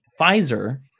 Pfizer